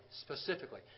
specifically